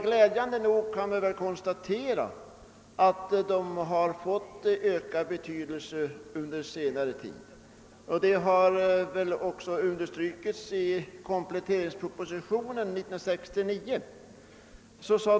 Glädjande nog kan vi konstatera att investeringsfonderna fått ökad betydelse under senare tid. Det underströks också i kompletteringspropositionen år 1969.